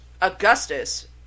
Augustus